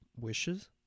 wishes